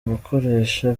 gukoresha